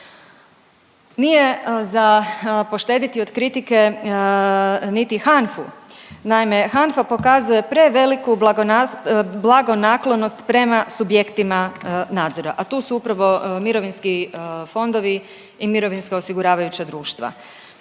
Nije za poštediti od kritike niti HANFA-u. Naime HANFA pokazuje preveliku blagonaklonost prema subjektima nadzora, a tu su upravo mirovinski fondovi i mirovinska osiguravajuća društva.